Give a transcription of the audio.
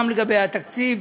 גם לגבי התקציב